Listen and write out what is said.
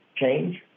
change